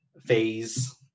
phase